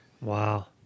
Wow